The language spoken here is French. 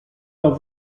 n’en